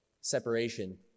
separation